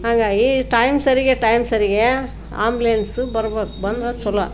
ಹಾಗಾಗಿ ಟೈಮ್ ಸರಿಗೆ ಟೈಮ್ ಸರಿಗೆ ಆ್ಯಂಬುಲೆನ್ಸ್ ಬರ್ಬೇಕು ಬಂದ್ರೆ ಚಲೋ